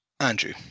Andrew